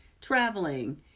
traveling